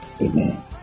Amen